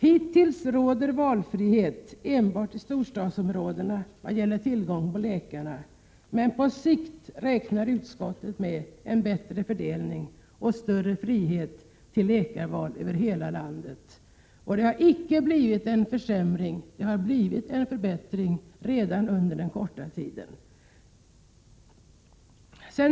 Hittills har rått valfrihet enbart i storstadsområdena vad gäller tillgång till läkare, men på sikt räknar utskottet med en bättre fördelning och större frihet när det gäller läkarval över hela landet. Det har icke blivit försämringar utan en förbättring redan under den korta tid systemet verkat.